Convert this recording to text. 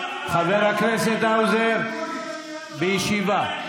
חבר הכנסת האוזר, בישיבה.